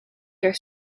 their